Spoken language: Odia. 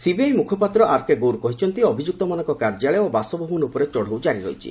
ସିବିଆଇ ମୁଖପାତ୍ର ଆର୍କେ ଗୌର କହିଛନ୍ତି ଅଭିଯୁକ୍ତମାନଙ୍କ କାର୍ଯ୍ୟାଳୟ ଓ ବାସଭବନ ଉପରେ ଚଢ଼ଉ ଜାରି ରହିଛି